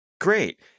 great